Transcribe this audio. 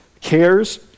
cares